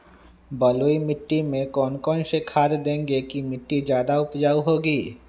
बलुई मिट्टी में कौन कौन से खाद देगें की मिट्टी ज्यादा उपजाऊ होगी?